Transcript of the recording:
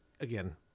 again